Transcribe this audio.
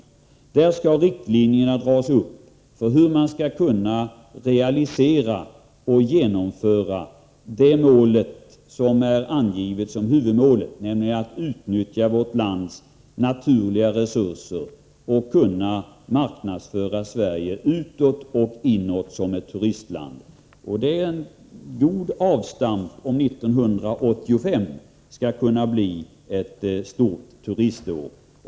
I Turistrådet skall riktlinjerna dras upp för hur man skall kunna realisera det mål som är angivet som huvudmål, nämligen att utnyttja vårt lands naturliga resurser och marknadsföra Sverige, utåt och inåt, som ett turistland. Det är ett gott avstamp, om 1985 skall kunna bli ett stort turistår.